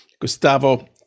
Gustavo